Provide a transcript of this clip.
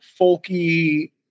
folky